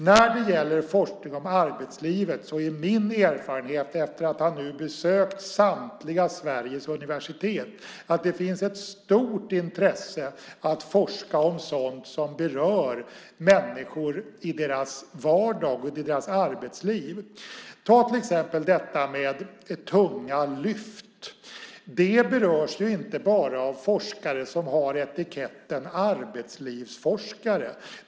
När det gäller forskning om arbetslivet är min erfarenhet, efter att nu ha besökt samtliga Sveriges universitet, att det finns ett stort intresse av att forska om sådant som berör människor i deras vardag och deras arbetsliv. Ta till exempel detta med tunga lyft. Det berörs ju inte bara av forskare som har etiketten arbetslivsforskare.